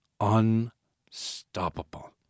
Unstoppable